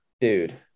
dude